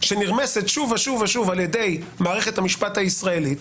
שנרמסת שוב ושוב ושוב על-ידי מערכת המשפט הישראלית,